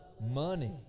money